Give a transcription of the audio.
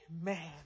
amen